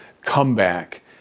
comeback